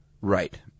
right